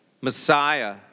Messiah